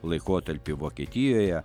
laikotarpį vokietijoje